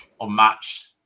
unmatched